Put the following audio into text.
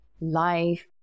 life